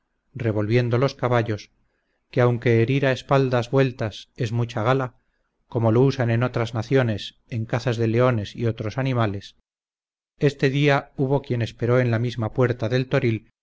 revolviendo los caballos que aunque herir a espaldas vueltas es mucha gala como lo usan en otras naciones en cazas de leones y otros animales este día hubo quien esperó en la misma puerta del toril